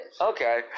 Okay